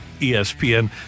ESPN